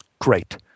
Great